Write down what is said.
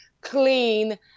clean